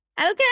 okay